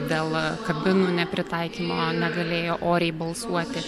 dėl kabinų nepritaikymo negalėjo oriai balsuoti